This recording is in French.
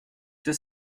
deux